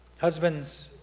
Husbands